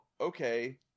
okay